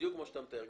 בדיוק כמו שאתה מתאר.